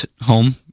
home